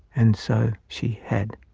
and so she had,